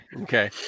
Okay